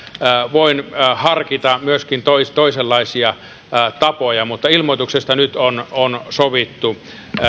voin harkita myöskin toisenlaisia tapoja mutta ilmoituksesta nyt on on sovittu